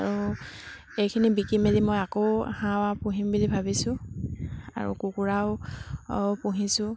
আৰু এইখিনি বিকি মেলি মই আকৌ হাঁহ পুহিম বুলি ভাবিছোঁ আৰু কুকুৰাও পুহিছোঁ